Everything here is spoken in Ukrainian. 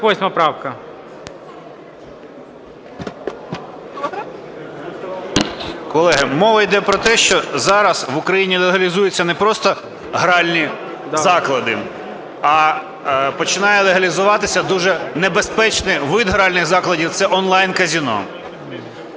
О.А. Мова йде про те, що зараз в Україні легалізується непросто гральні заклади, а починає легалізуватися дуже небезпечний вид гральних закладів це онлайн-казино.